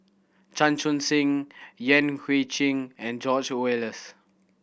Chan Chun Sing Yan Hui Chang and George Oehlers